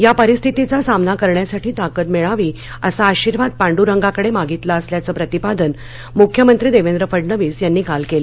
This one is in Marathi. या परिस्थितीचा सामना करण्यासाठी ताकद मिळावी असा आशीर्वाद पांडरंगाकडे मागितला असल्याचं प्रतिपादन मृख्यंमंत्री देवेंद्र फडणवीस यांनी काल केलं